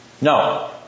no